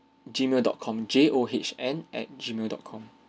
gmail dot com J O H N at gmail dot com